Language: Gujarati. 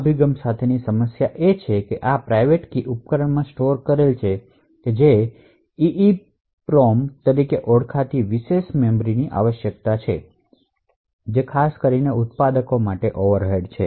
આ અભિગમ સાથેની સમસ્યા એ છે કે આ પ્રાઇવેટ કી ઉપકરણમાં સ્ટોર કરેલી છે જેને EEPROM તરીકે ઓળખાતી વિશેષ મેમરી ની આવશ્યકતા છે જે ખાસ કરીને ઉત્પાદકને ઓવરહેડ્સ છે